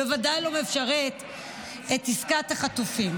בוודאי לא משרת את עסקת החטופים.